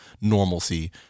normalcy